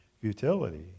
futility